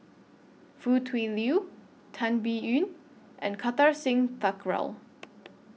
Foo Tui Liew Tan Biyun and Kartar Singh Thakral